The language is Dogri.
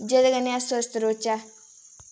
जेह्दे कन्नै अस स्वस्थ रौह्चै